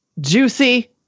Juicy